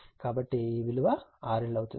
కాబట్టి ఈ విలువ RL అవుతుంది